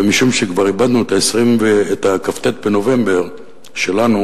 ומשום שכבר איבדנו את הכ"ט בנובמבר שלנו,